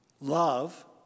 Love